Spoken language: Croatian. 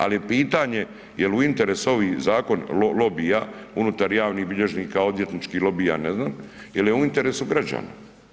Ali je pitanje jel' u interesu ovaj zakon lobija unutar javnih bilježnika, odvjetničkih lobija ja ne znam, jel' je u interesu građana?